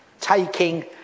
Taking